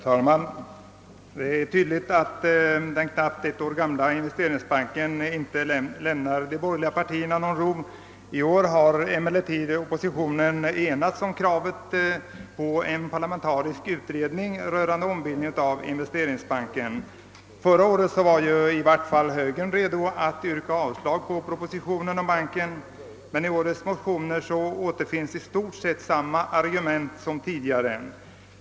Herr talman! Det är tydligt att den knappt ett år gamla Investeringsbanken inte lämnar de borgerliga partierna någon ro. I år har emellertid oppositionen enats om kravet på en parlamentarisk utredning rörande ombildning av Investeringsbanken. Förra året var i varje fall högern redo att yrka avslag på propositionen om banken, men i årets motioner återfinns i stort sett samma argument som tidigare.